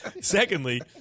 secondly